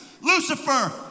Lucifer